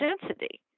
density